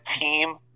team